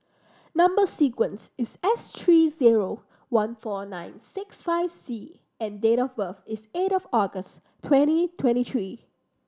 number sequence is S three zero one four nine six five C and date of birth is eight of August twenty twenty three